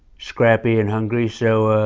scrappy, and hungry. so,